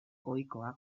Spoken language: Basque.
ohikoa